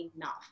enough